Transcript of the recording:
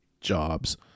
jobs